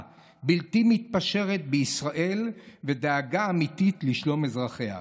בלתי מתפשרת בישראל ודאגה אמיתית לשלום אזרחיה.